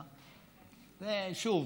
שוב,